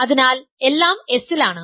അതിനാൽ എല്ലാം S ലാണ്